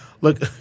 Look